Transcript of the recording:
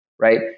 right